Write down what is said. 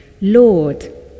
lord